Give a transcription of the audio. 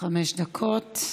חמש דקות.